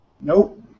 Nope